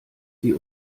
sie